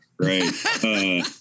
right